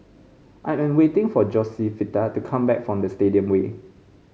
I am waiting for Josefita to come back from Stadium Way